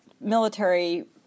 Military